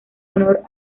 honor